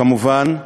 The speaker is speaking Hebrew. כמובן,